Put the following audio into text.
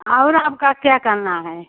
और आपका क्या करना है